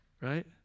Right